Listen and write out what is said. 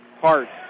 parts